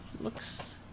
Looks